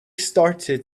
started